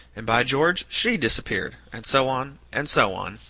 and by george, she disappeared and so on and so on,